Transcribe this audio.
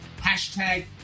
hashtag